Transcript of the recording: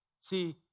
See